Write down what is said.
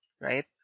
right